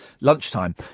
lunchtime